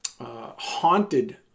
haunted